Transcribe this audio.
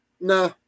nah